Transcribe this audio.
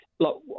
Look